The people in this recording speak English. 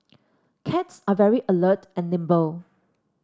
cats are very alert and nimble